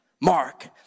Mark